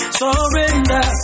surrender